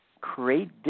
create